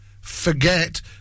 Forget